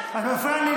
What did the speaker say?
אנחנו כולנו מבינים,